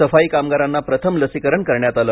सफाई कामगारांना प्रथम लसीकरण करण्यात आले